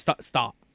Stop